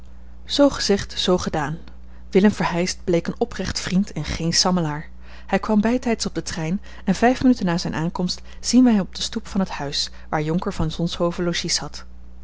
zoo gezegd zoo gedaan willem verheyst bleek een oprecht vriend en geen sammelaar hij kwam bijtijds op den trein en vijf minuten na zijne aankomst zien wij hem op de stoep van het huis waar jonker van zonshoven logies had